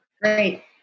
Great